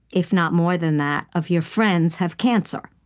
if not more than that, of your friends have cancer.